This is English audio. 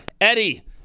Eddie